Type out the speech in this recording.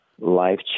Life